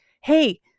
hey